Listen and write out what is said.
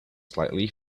slightly